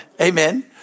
Amen